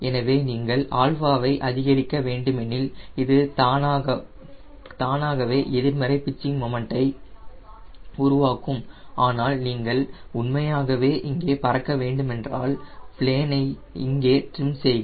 எனவே நீங்கள் ஆல்பாவை அதிகரிக்க வேண்டுமெனில் இது தானாகவே எதிர்மறை பிட்சிங் மொமன்டை உருவாக்கும் ஆனால் நீங்கள் உண்மையாகவே இங்கே பறக்க வேண்டுமென்றால் பிளேனை இங்கே ட்ரிம் செய்க